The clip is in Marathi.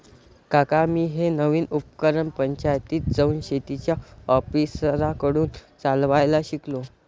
काका मी हे नवीन उपकरण पंचायतीत जाऊन शेतीच्या ऑफिसरांकडून चालवायला शिकलो